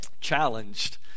challenged